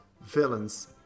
villains